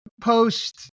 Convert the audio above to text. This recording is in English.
post